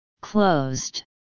closed